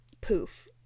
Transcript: poof